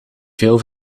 veel